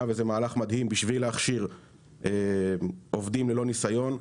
וזה מהלך מדהים בשביל להכשיר עובדים ללא נסיון.